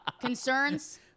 concerns